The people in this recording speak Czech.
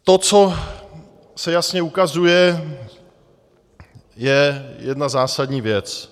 To, co se jasně ukazuje, je jedna zásadní věc.